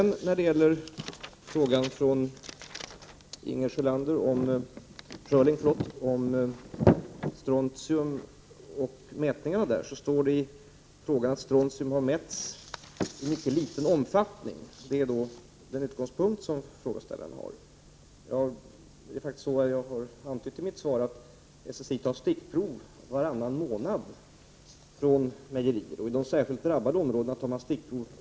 När det gäller vad Inger Schörling sade om mätningar av strontium står det i hennes fråga att strontium har mätts i mycket liten omfattning — det är den utgångspunkt frågeställaren har. Som jag har antytt i mitt svar är det faktiskt så att SSI tar stickprov från mejerierna varannan månad, och i de särskilt drabbade områdena varje månad.